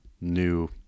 new